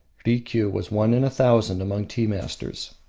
rikiu was one in a thousand among tea-masters.